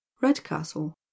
redcastle